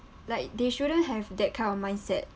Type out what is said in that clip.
like they shouldn't have that kind of mindset